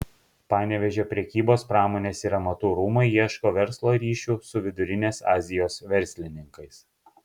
panevėžio prekybos pramonės ir amatų rūmai ieško verslo ryšių su vidurinės azijos verslininkais